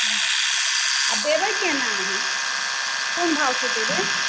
हम्म आ देबै केना अहाँ कोन भावसँ देबै